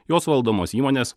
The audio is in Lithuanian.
jos valdomos įmonės